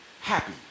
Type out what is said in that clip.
happy